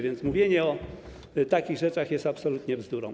A zatem mówienie o takich rzeczach jest absolutnie bzdurą.